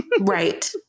Right